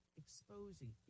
exposing